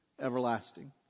everlasting